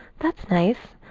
that's nice.